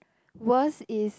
worst is